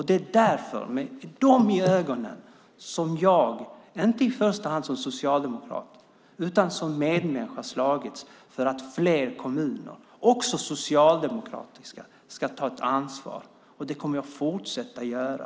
Det är med dem för ögonen som jag, inte i första hand som socialdemokrat utan som medmänniska, har slagits för att fler kommuner, även socialdemokratiska, ska ta ett ansvar. Det kommer jag att fortsätta göra.